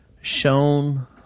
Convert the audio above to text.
shown